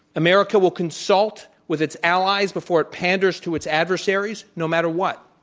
america will consult with its allies before it panders to its adversaries no matter what.